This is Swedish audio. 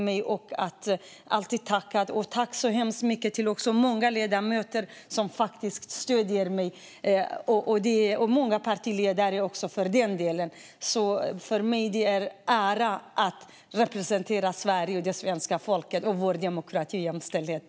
De har alltid tackat mig. Jag vill också tacka alla de många ledamöter som stöder mig. Det gäller även många partiledare. Det är en ära för mig att representera Sverige, det svenska folket och vår demokrati och jämställdhet.